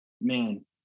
man